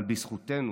אבל בזכותנו